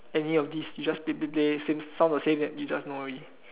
any of these you just play play play sound the same then you just know already